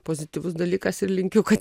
pozityvus dalykas ir linkiu kad